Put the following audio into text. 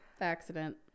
accident